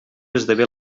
esdevé